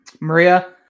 Maria